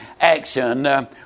action